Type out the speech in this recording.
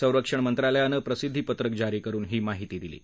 संरक्षण मंत्रालयानं प्रसिद्वीपत्रक जारी करून ही माहिती दिली आहे